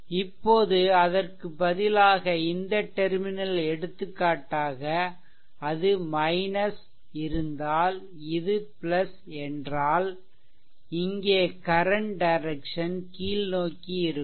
இப்போது அதற்கு பதிலாக இந்த டெர்மினல் எடுத்துக்காட்டாக அது -இருந்தால் இது என்றால் இங்கே கரன்ட் டைரெக்சன் கீழ்நோக்கிஇருக்கும்